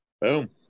Boom